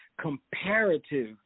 comparative